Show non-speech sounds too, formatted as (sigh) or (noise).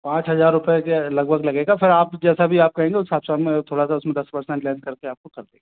पाँच हज़ार रुपये के लगभग लगेगा सर आप जैसा भी आप कहेंगे उस हिसाब से हम थोड़ा सा उस में दस परसेंट लेस कर के आपको (unintelligible)